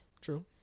True